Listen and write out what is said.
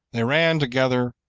they ran together,